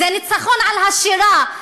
זה ניצחון על השירה,